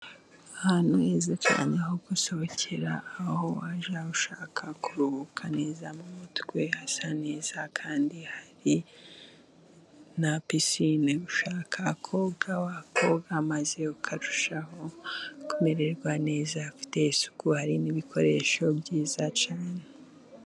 Ahantu heza cyane, ho gusohokera aho wajya ushaka kuruhuka neza mu mutwe, hasa neza kandi hari na pisine, ushaka koga wakoga maze ukarushaho kumererwa neza, hafite isuku hari n'ibikoresho byiza cyane.